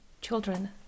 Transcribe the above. children